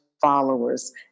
followers